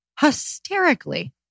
hysterically